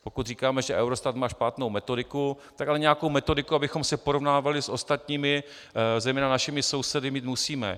Pokud říkáme, že Eurostat má špatnou metodiku, tak ale nějakou metodiku, abychom se porovnávali s ostatními, zejména našimi sousedy, mít musíme.